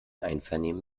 einvernehmen